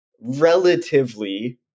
relatively